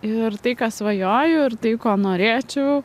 ir tai ką svajoju ir tai ko norėčiau